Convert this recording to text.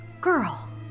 girl